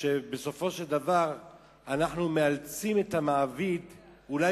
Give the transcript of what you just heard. שבסופו של דבר אנחנו מאלצים את המעביד אולי